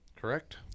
Correct